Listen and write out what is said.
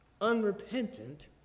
unrepentant